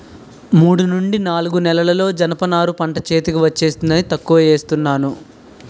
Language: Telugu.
మూడు నుండి నాలుగు నెలల్లో జనప నార పంట చేతికి వచ్చేస్తుందని ఎక్కువ ఏస్తున్నాను